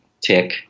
tick